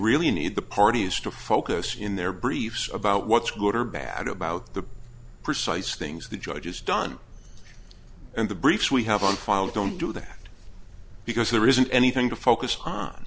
really need the parties to focus in their briefs about what's good or bad about the precise things the judge is done and the briefs we have on file don't do that because there isn't anything to focus on